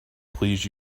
please